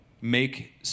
make